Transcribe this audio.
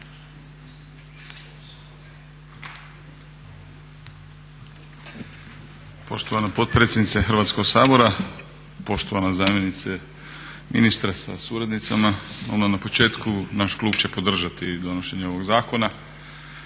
Poštovana potpredsjednice Hrvatskog sabora, poštovana zamjenice ministra sa suradnicama. Odmah na početku, naš klub će podržati donošenje ovog zakona